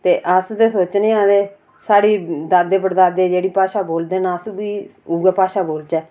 ते अस ते सोचने आं के साढ़े दादे पड़़दादे जेह्ड़ी भाशा बोलदे न अस बी उऐ भाषा बोलचै